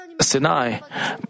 Sinai